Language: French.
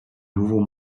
nouveaux